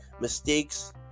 mistakes